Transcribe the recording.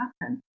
happen